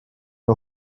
nhw